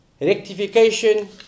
Rectification